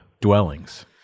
dwellings